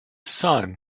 sun